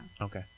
Okay